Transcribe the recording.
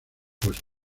puesto